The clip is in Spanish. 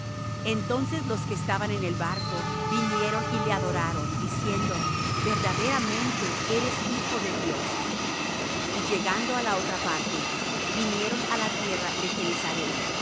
entonces los que estaban en el barco vinieron y le adoraron diciendo verdaderamente eres hijo de dios y llegando á la otra parte vinieron á la tierra de genezaret